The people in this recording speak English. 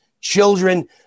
children